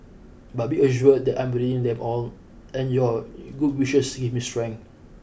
but be assured that I'm reading them all and your good wishes give me strength